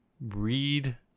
Read